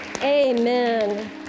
amen